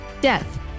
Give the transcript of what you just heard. Death